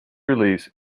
release